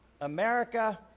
America